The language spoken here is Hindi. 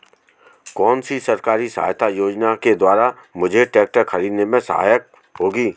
कौनसी सरकारी सहायता योजना के द्वारा मुझे ट्रैक्टर खरीदने में सहायक होगी?